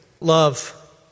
Love